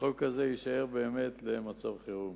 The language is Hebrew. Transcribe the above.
החוק הזה יישאר באמת למצב חירום.